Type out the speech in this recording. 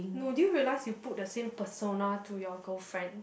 no do you realise you put the same persona to your girlfriend